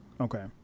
okay